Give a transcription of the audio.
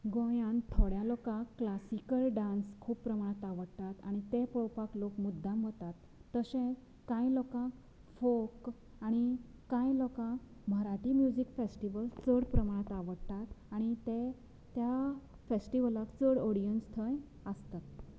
गोंयांत थोड्या लोकांक क्लासिकल डान्स खूब प्रमाणांत आवडटा आनी तें पळोवपाक लोक मुद्दाम वतात तशेंच कांय लोकांक फोक आनी कांय लोकांक मराठी म्युजीक फेस्टिवल चड प्रमाणांत आवडटा आनी ते त्या फेस्टिवलाक चड ओडियन्स थंय आसता